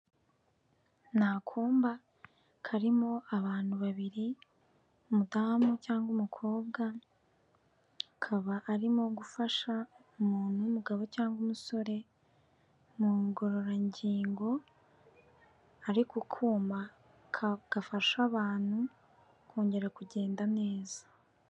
Ni akumba karimo abantu babiri, umudamu cyangwa umukobwa, akaba arimo gufasha umuntu w'umugabo cyangwa umusore, mu ngororangingo, ari ku kuma gafasha abantu kongera kugenda neza.